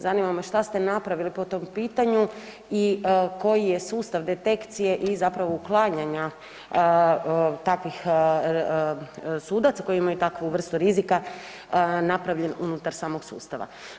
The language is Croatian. Zanima me što ste napravili po tom pitanju i koji je sustav detekcije i zapravo uklanjanja takvih sudaca koji imaju takvu vrstu rizika napravljen unutar samog sustava?